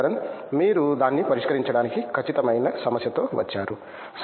శంకరన్ మీరు దాన్ని పరిష్కరించడానికి ఖచ్చితమైన సమస్యతో వచ్చారా